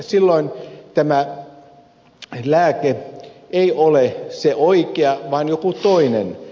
silloin tämä lääke ei ole se oikea vaan joku toinen